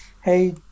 hey